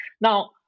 Now